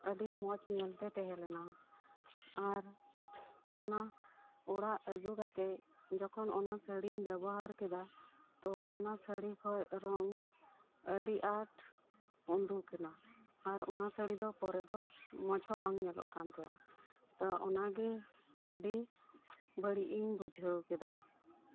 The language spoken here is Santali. ᱟᱹᱰᱤ ᱢᱚᱸᱡᱽ ᱧᱮᱞᱛᱮ ᱛᱟᱦᱮᱸ ᱞᱮᱱᱟ ᱟᱨ ᱚᱱᱟ ᱚᱲᱟᱜ ᱟᱹᱜᱩ ᱠᱟᱛᱮᱫ ᱡᱚᱠᱷᱚᱱ ᱚᱱᱟ ᱥᱟᱹᱲᱤᱧ ᱵᱮᱵᱚᱦᱟᱨ ᱠᱮᱫᱟ ᱛᱳ ᱚᱱᱟ ᱥᱟᱹᱲᱤ ᱠᱷᱚᱡ ᱨᱚᱝ ᱟᱹᱰᱤ ᱟᱸᱴ ᱩᱰᱩᱠ ᱮᱱᱟ ᱟᱨ ᱚᱱᱟ ᱥᱟᱹᱲᱤ ᱫᱚ ᱯᱚᱨᱮ ᱫᱚ ᱢᱚᱸᱡ ᱦᱚᱸ ᱵᱟᱝ ᱧᱮᱞᱚᱜ ᱠᱟᱱ ᱛᱟᱦᱮᱸᱫ ᱛᱳ ᱚᱱᱟ ᱜᱮ ᱟᱹᱰᱤ ᱵᱟᱹᱲᱤᱡ ᱤᱧ ᱵᱩᱡᱷᱟᱹᱣ ᱠᱮᱫᱟ